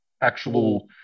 actual